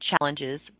challenges